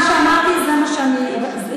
את מסכימה למה שאמרתי או שאת מתנגדת?